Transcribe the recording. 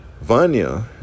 Vanya